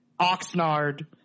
Oxnard